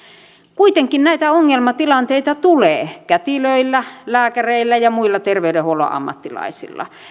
kuitenkin näitä ongelmatilanteita tulee kätilöillä lääkäreillä ja muilla terveydenhuollon ammattilaisilla